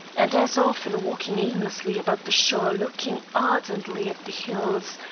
and as often walking aimlessly about the shore looking ardently at the hills,